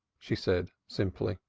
she said simply.